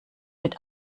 mit